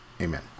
Amen